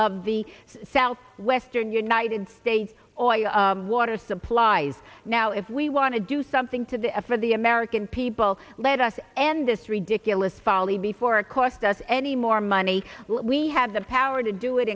of the south western united states oil water supplies now if we want to do something to the for the american people let us end this ridiculous folly before cost us any more money we had the power to do it